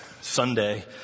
Sunday